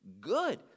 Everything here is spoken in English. good